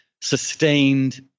sustained